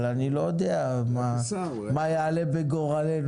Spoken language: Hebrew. אבל אני לא יודע מה יעלה בגורלנו,